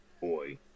Boy